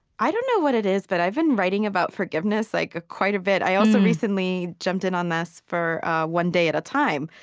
i don't know what it is, but i've been writing about forgiveness like quite a bit. i also recently jumped in on this for one day at a time.